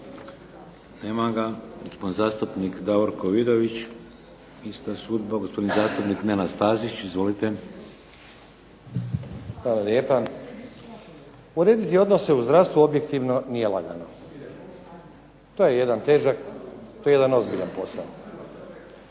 lijepa. Urediti odnose u zdravstvu objektivno nije lagano. To je jedan težak, to je jedan ozbiljan posao.